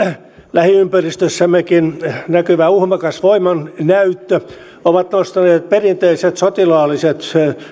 lähiympäristössämmekin näkyvä uhmakas voimannäyttö ovat nostaneet perinteiset sotilaalliset